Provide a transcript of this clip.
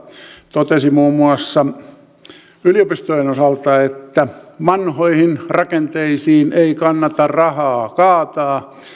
totesi muun muassa yliopistojen osalta että vanhoihin rakenteisiin ei kannata rahaa kaataa